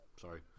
Sorry